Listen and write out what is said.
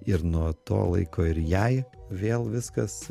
ir nuo to laiko ir jai vėl viskas